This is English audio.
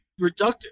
reductive